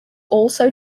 also